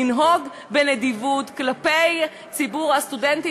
לנהוג בנדיבות כלפי ציבור הסטודנטים